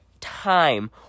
time